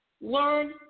Learn